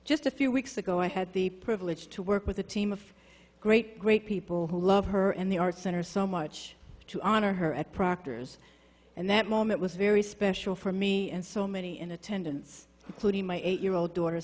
just a few weeks ago i had the privilege to work with a team of great great people who love her and the arts center so much to honor her at proctor's and that moment was very special for me and so many in attendance including my eight year old daughter